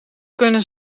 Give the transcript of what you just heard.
kunnen